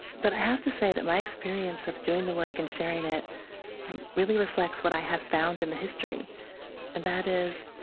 but i have to say that my experience of doing the work and sharing it really reflects what i have found in the history and that is,